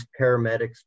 paramedics